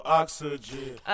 oxygen